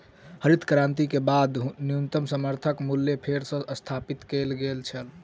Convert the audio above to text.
हरित क्रांति के बाद न्यूनतम समर्थन मूल्य फेर सॅ स्थापित कय गेल छल